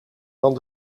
van